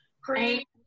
Great